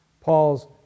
Paul's